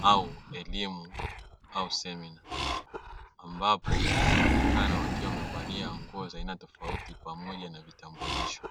au elimu au semina ambapo wanaonekana wakiwa wamevalia nguo za aina tofauti pamoja na vitambulisho.